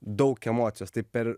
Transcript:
daug emocijos tai per